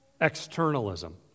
externalism